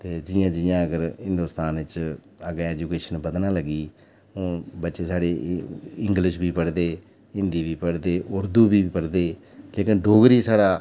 ते जि'यां जि'यां अगर हिंदोस्तान च अग्गें एजूकेशन बधना लगी हून बच्चे साढ़े इंगलिश बी पढ़दे हिंदी बी पढ़दे उर्दू बी पढ़दे लेकिन डोगरी साढ़ा